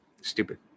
stupid